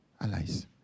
allies